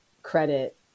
credit